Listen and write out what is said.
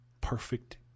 perfect